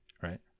Right